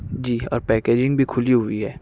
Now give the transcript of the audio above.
جی اور پیکیجنگ بھی کُھلی ہوئی ہے